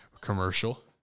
Commercial